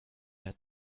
had